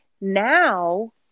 Now